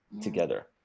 together